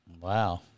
Wow